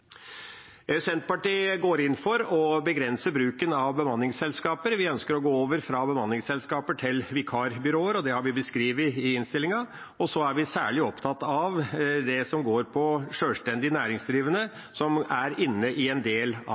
Senterpartiet går inn for å begrense bruken av bemanningsselskaper. Vi ønsker å gå over fra bemanningsselskaper til vikarbyråer, og det har vi beskrevet i innstillinga. Så er vi særlig opptatt av det som går på sjølstendig næringsdrivende, som er inne i en del av